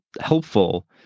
helpful